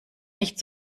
nicht